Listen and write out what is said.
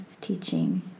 teaching